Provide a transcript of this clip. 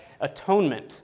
atonement